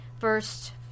first